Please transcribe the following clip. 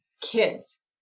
kids